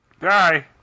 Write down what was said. die